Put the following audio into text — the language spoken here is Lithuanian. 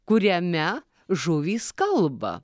kuriame žuvys kalba